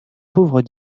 pauvres